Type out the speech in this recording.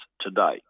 today